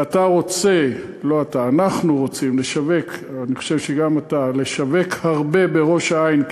ואנחנו רוצים לשווק הרבה בראש-העין,